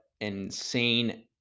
insane